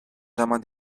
germain